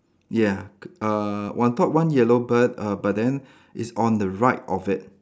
ya k~ uh one top one yellow bird uh but then it's on the right of it